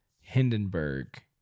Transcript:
Hindenburg